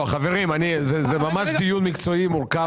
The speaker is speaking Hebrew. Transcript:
חברים, זה דיון מקצועי מורכב.